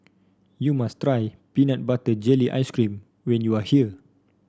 you must try Peanut Butter Jelly Ice cream when you are here